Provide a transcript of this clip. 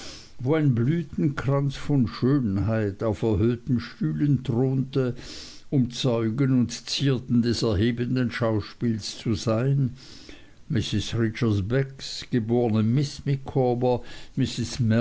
wo ein blütenkranz von schönheit auf erhöhten stühlen thronte um zeugen und zierden des erhebenden schauspiels zu sein mrs ridger begs geborne